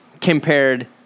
compared